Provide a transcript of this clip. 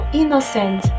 innocent